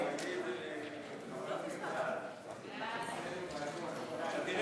ההצעה להעביר את הצעת חוק הביטוח הלאומי (תיקון,